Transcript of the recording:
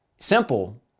simple